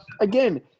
again